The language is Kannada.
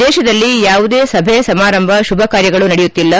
ದೇಶದಲ್ಲಿ ಯಾವುದೇ ಸಭೆ ಸಮಾರಂಭ ಶುಭ ಕಾರ್ಯಗಳು ನಡೆಯುತ್ತಿಲ್ಲ